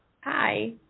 Hi